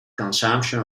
consumption